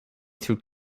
through